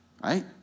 right